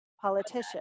politician